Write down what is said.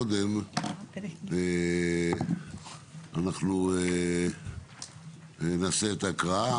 קודם אנחנו נעשה את ההקראה,